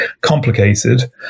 complicated